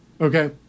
Okay